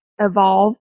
evolve